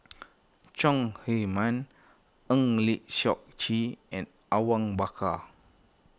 Chong Heman Eng Lee Seok Chee and Awang Bakar